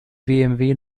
bmw